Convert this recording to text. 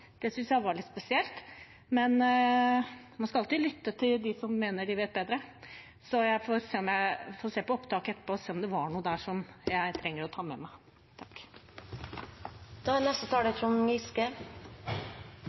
var litt spesielt. Men man skal alltid lytte til dem som mener de vet bedre, så jeg får se på opptaket etterpå og se om det var noe der som jeg trenger å ta med meg.